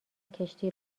کشتی